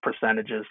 percentages